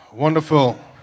wonderful